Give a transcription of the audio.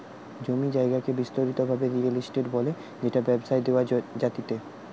জমি জায়গাকে বিস্তারিত ভাবে রিয়েল এস্টেট বলে যেটা ব্যবসায় দেওয়া জাতিচে